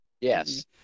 yes